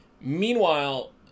meanwhile